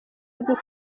rwo